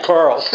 Carl